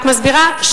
אני רק מסבירה.